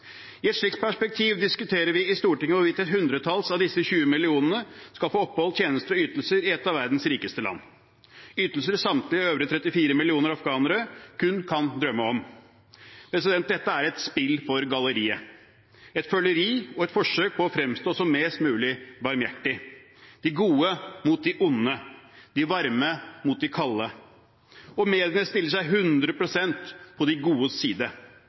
I et slikt perspektiv diskuterer vi i Stortinget hvorvidt et hundretalls av disse 20 millionene skal få opphold, tjenester og ytelser i et av verdens rikeste land, ytelser samtlige øvrige 34 millioner afghanere kun kan drømme om. Dette er et spill for galleriet, føleri og forsøk på å fremstå som mest mulig barmhjertig, de gode mot de onde, de varme mot de kalde. Og mediene stiller seg 100 pst. på de godes side.